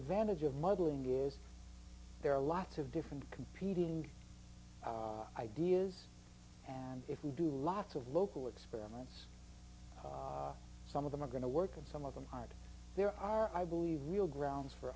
advantage of mughal india is there are lots of different competing ideas and if we do lots of local experiments some of them are going to work and some of them hide there are i believe real grounds for